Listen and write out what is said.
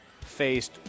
faced